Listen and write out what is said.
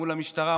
מול המשטרה,